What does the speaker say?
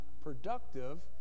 productive